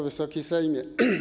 Wysoki Sejmie!